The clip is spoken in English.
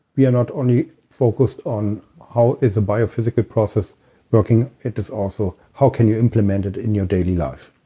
we are not only focused on how is the biophysical process working? it is also how can you implement it in your daily life.